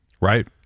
Right